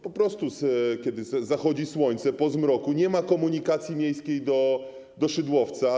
Po prostu kiedy zachodzi słońce, po zmroku nie ma komunikacji miejskiej do Szydłowca.